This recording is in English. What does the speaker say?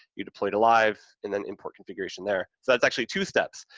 you deploy to live and then import configuration there, so that's actually two steps.